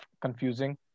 confusing